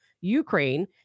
Ukraine